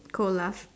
cold lush